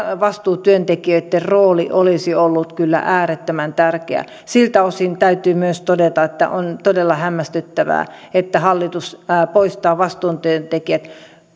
vastuutyöntekijöitten rooli olisi ollut kyllä äärettömän tärkeä siltä osin täytyy myös todeta että on todella hämmästyttävää että hallitus poistaa vastuutyöntekijät